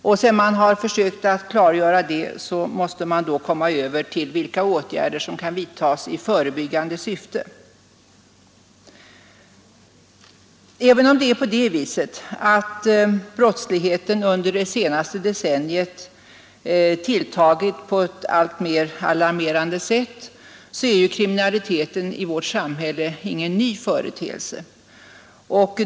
Och sedan man har försökt klargöra det, måste man komma över till vilka åtgärder som kan vidtas i förebyggande syfte. Även om brottsligheten under det senaste decenniet tilltagit på ett alltmer alarmerande sätt, så är ju kriminaliteten i vårt samhälle ingen ny företeelse.